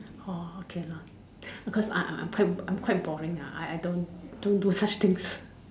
or okay lor because I I I'm quite boring ah I I don't do do such things